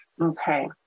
Okay